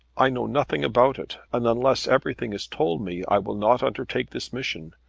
i know nothing about it, and unless everything is told me i will not undertake this mission.